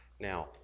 Now